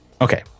okay